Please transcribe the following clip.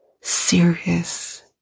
serious